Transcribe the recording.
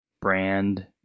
brand